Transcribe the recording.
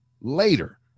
later